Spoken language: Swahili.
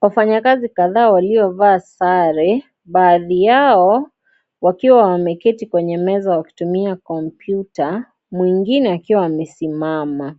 Wafanyakazi kadhaa waliovaa sare. Baadhi yao wakiwa wameketi kwenye meza wakitumia kompyuta, mwingine akiwa amesimama.